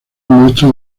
muestra